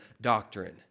doctrine